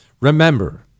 Remember